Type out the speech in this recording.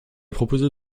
proposé